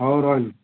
ହଉ ରହିଲି